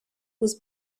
was